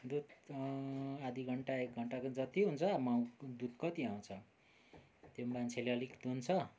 दुध आधी घण्टा एक घण्टाको जति हुन्छ दुध कति आउँछ त्यो मान्छेले अलिक दुहुन्छ